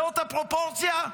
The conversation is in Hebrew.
זאת הפרופורציה?